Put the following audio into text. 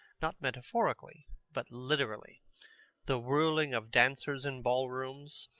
not metaphorically but literally the whirling of dancers in ballrooms,